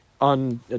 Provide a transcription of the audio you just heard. on